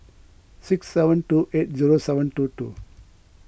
six seven two eight zero seven two two